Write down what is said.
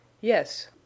Yes